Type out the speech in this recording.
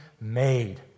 made